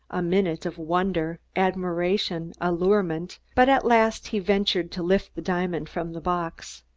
a minute of wonder, admiration, allurement but at last he ventured to lift the diamond from the box.